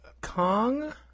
Kong